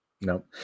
No